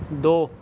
دو